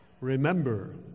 Remember